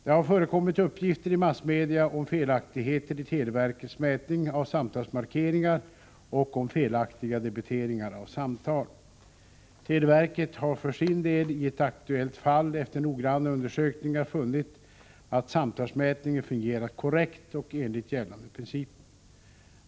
Det har förekommit uppgifter i massmedia om felaktigheter i televerkets mätning av samtalsmarkeringar och om felaktiga debiteringar av samtal. Televerket har för sin del i ett aktuellt fall efter noggranna undersökningar funnit att samtalsmätningen fungerat korrekt och enligt gällande principer.